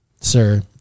sir